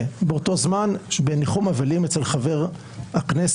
באותו זמן בניחום אבלים אצל חבר הכנסת,